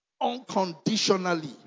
Unconditionally